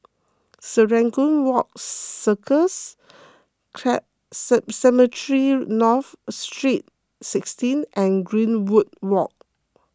Serangoon Garden Circus Cemetry North Street sixteen and Greenwood Walk